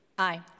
Aye